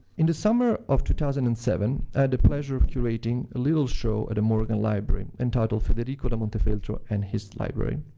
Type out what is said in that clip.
in the summer of two thousand and seven, i had the pleasure of curating a little show at the morgan library, entitled federico da montefeltro and his library.